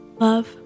Love